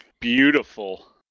Beautiful